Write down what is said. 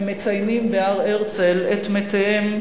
הם מציינים בהר-הרצל את מתיהם,